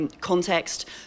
context